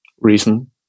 reason